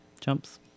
jumps